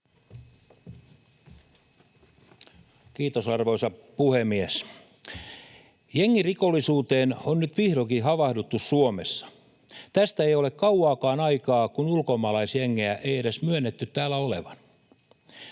Kiitos, arvoisa puhemies! Jengirikollisuuteen on nyt vihdoinkin havahduttu Suomessa. Tästä ei ole kauaakaan aikaa, kun ulkomaalaisjengejä ei edes myönnetty täällä olevan.